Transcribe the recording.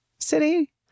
City